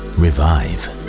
revive